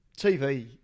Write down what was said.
TV